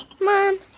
Mom